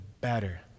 better